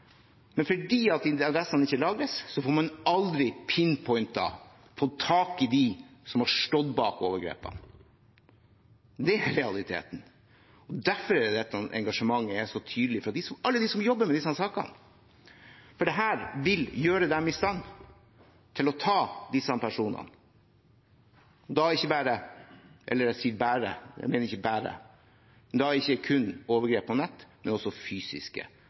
Men fordi IP-adressene ikke lagers, får man aldri «pinpointet» eller tak i dem som har stått bak overgrepene. Det er realiteten. Derfor er dette engasjementet så tydelig fra alle dem som jobber med disse sakene, for dette vil gjøre dem i stand til å ta disse personene, og da ikke